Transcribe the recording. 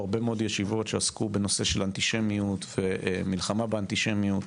הרבה מאוד ישיבות שעסקו בנושא אנטישמיות ומלחמה באנטישמיות